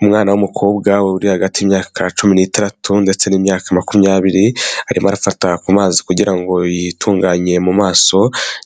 Umwana w'umukobwa uri hagati y'imyaka cumi n'itandatu ndetse n'imyaka makumyabiri arimo arafata kumazi kugira ngo yitunganye mu maso